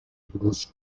cruz